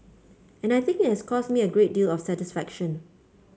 and I think it has caused me a great deal of satisfaction